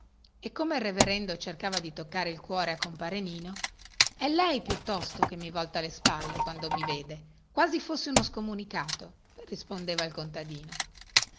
e come il reverendo cercava di toccare il cuore a compare nino è lei piuttosto che mi volta le spalle quando mi vede quasi fossi un pezzente rispondeva il contadino